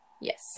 yes